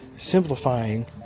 Simplifying